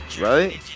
Right